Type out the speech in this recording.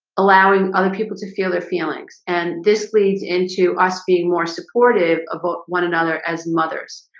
allowing other people to feel their feelings and this leads into us being more supportive about one another as mothers